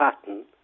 pattern